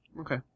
Okay